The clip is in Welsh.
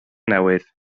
newydd